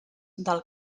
del